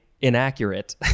inaccurate